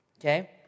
Okay